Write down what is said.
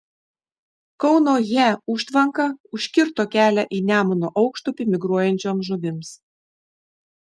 kauno he užtvanka užkirto kelią į nemuno aukštupį migruojančioms žuvims